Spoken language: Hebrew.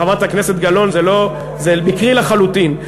חברת הכנסת גלאון, זה לא, זה מקרי לחלוטין.